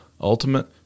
ultimate